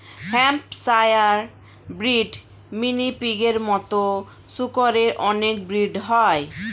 Hampshire breed, mini পিগের মতো শুকরের অনেক ব্রিড হয়